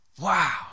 Wow